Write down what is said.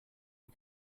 you